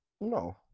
No